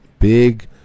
big